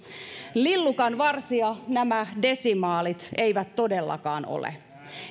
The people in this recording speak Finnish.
lillukanvarsia nämä desimaalit eivät todellakaan ole